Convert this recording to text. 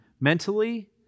mentally